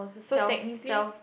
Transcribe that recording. so technically